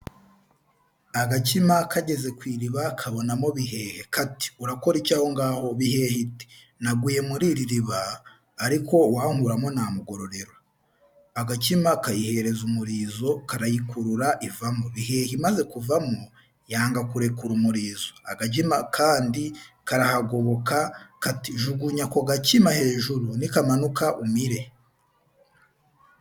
Agakima kageze ku iriba, kabonamo Bihehe. Kati:“Urakora iki ahongaho?” Bihehe iti: “Naguye muri iri riba, ariko uwankuramo namugororera.” Agakima kayihereza umurizo, karayikurura ivamo. Bihehe imaze kuvamo, yanga kurekura umurizo. Agakima kandi karahagoboka. Kati :“Jugunya ako gakima hejuru, nikamanuka umire.”